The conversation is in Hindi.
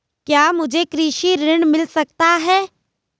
क्या मुझे कृषि ऋण मिल सकता है?